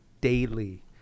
daily